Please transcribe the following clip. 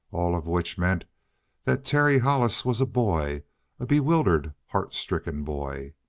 all of which meant that terry hollis was a boy a bewildered, heart stricken boy.